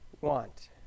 want